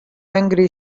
angry